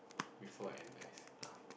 before n_s ah